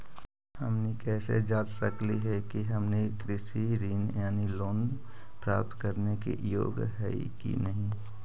हमनी कैसे जांच सकली हे कि हमनी कृषि ऋण यानी लोन प्राप्त करने के योग्य हई कि नहीं?